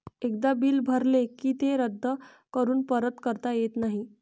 एकदा बिल भरले की ते रद्द करून परत करता येत नाही